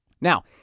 Now